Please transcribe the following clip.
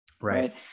right